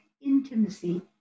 intimacy